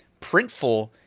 Printful